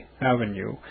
Avenue